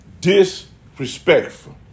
disrespectful